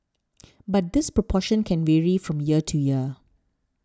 but this proportion can vary from year to year